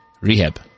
Rehab